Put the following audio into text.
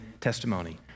testimony